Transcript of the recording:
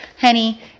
honey